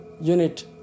unit